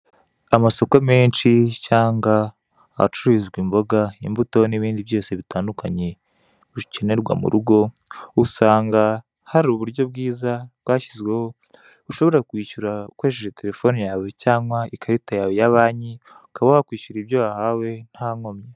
Amasoko menshi cyangwa ahacururizwa imboga, imbuto, n'ibindi byose bitandukanye bikenerwa mu rugo; usanga hari uburyo bwiza bwashyizweho ushobora kwishyura ukoresheje telefoni yawe cyangwa ikarita yawe ya banki, ukaba wakwishyura ibyo wahawe nta nkomyi.